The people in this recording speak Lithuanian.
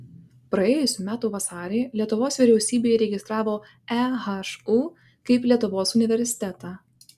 praėjusių metų vasarį lietuvos vyriausybė įregistravo ehu kaip lietuvos universitetą